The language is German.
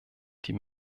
die